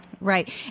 Right